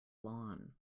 lawn